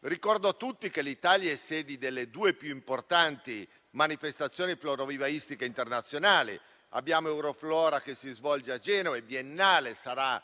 Ricordo a tutti che l'Italia è sede delle due più importanti manifestazioni florovivaistiche internazionali. Abbiamo Euroflora, che si svolge a Genova ed è biennale - sarà